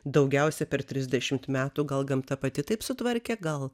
daugiausia per trisdešimt metų gal gamta pati taip sutvarkė gal